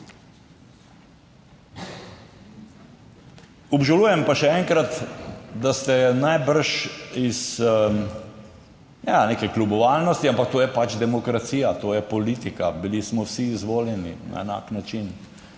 Obžalujem pa, še enkrat, da ste najbrž iz neke kljubovalnosti, ampak to je pač demokracija, to je politika, bili smo vsi izvoljeni na enak način,